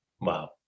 Wow